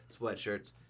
Sweatshirts